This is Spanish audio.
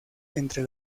entre